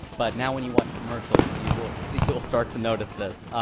but now, when you watch commercials, you will see you'll start to notice this.